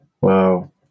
Wow